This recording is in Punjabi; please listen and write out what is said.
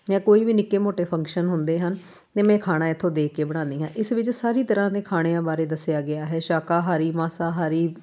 ਜਾਂ ਕੋਈ ਵੀ ਨਿੱਕੇ ਮੋਟੇ ਫੰਕਸ਼ਨ ਹੁੰਦੇ ਹਨ ਤਾਂ ਮੈਂ ਖਾਣਾ ਇੱਥੋਂ ਦੇਖ ਕੇ ਬਣਾਉਂਦੀ ਹਾਂ ਇਸ ਵਿੱਚ ਸਾਰੀ ਤਰ੍ਹਾਂ ਦੇ ਖਾਣਿਆਂ ਬਾਰੇ ਦੱਸਿਆ ਗਿਆ ਹੈ ਸ਼ਾਕਾਹਾਰੀ ਮਾਸਾਹਾਰੀ